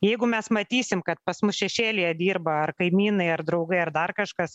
jeigu mes matysim kad pas mus šešėlyje dirba ar kaimynai ar draugai ar dar kažkas